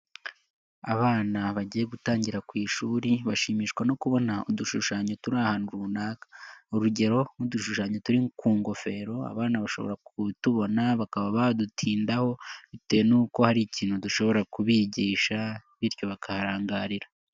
Abana bagiye gutangira ku ishuri, bashimishwa no kubona udushushanyo turi ahantu runaka, urugero nk'udushushanyo turi ku ngofero abana bashobora kutubona bakaba badutindaho, bitewe n'uko hari ikintu dushobora kubigisha bityo bakaharangarira.